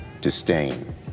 disdain